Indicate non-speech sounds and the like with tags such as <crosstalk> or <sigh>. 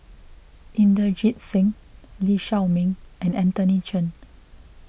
Inderjit Singh Lee Shao Meng and Anthony Chen <noise>